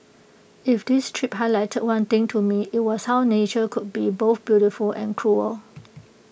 if this trip highlighted one thing to me IT was how nature could be both beautiful and cruel